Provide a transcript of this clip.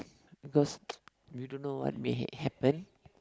because you don't know what may happen